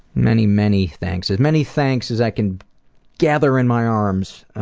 many many thanks. as many thanks as i can gather in my arms, ah,